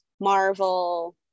Marvel